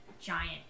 giant